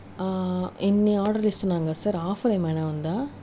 ఇన్ని ఆర్డర్లు ఇస్తున్నాం కదా సార్ ఆఫర్ ఏమైనా ఉందా